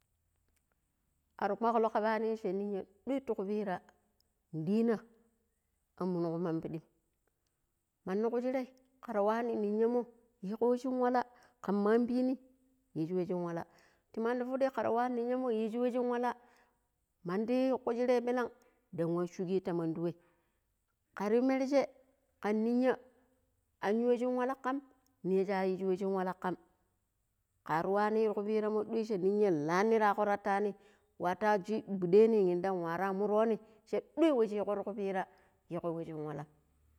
﻿Ar kwaklo kabanim sha ninya ɗuai ti ku pira ɗina a munu kumam ɓiɗim. mani ku shirai kar wani ninyamo yigo wai shin wall kan maan pɓini yigi wai shin walla ti madi pidimo karwa niyanmo yi shi wai shin walla mandi ku shirai ɓillan dan wa shugi ti mandi wai kar you merje kan ninya an yu wa shin walla kam ninya shayisi wa shin walla kam kar wanni ti ku piranmo ɗoi sha ninya lalila ku rattanu wata ji gudini yindan wara muroni sha ɗoi wa shi yigo ra kupira yigo wai shin walla.